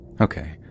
Okay